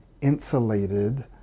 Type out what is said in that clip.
insulated